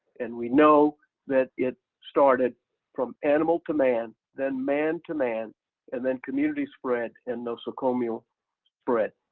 and we know that it started from animal command, then man to man and then community spread and nosocomial spread.